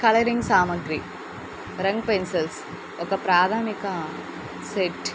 colouring సామాగ్రి రంగు pencils ఒక ప్రాథామిక సెట్